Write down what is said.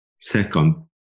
Second